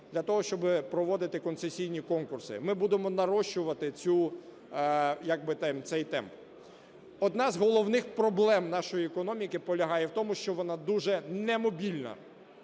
для того, щоб проводити концесійні конкурси. Ми будемо нарощувати цю якби цей темп. Одна з головних проблем нашої економіки полягає в тому, що вона дуже немобільна.